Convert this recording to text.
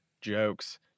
jokes